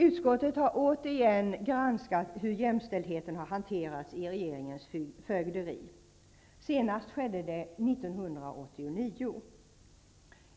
Utskottet har återigen granskat hur frågor om jämställdhet har hanterats i regeringens fögderi. Senast skedde det 1989.